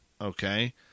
Okay